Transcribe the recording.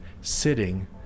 sitting